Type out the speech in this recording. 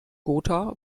gotha